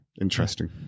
Interesting